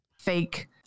fake